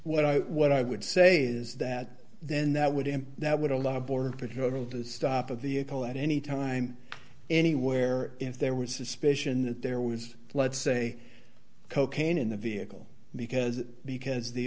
what i what i would say is that then that would and that would allow border patrol to stop of the pull at any time anywhere if there were suspicion that there was let's say cocaine in the vehicle because because the